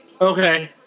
Okay